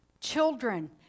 children